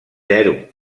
zero